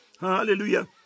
Hallelujah